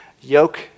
yoke